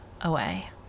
away